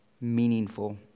meaningful